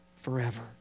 forever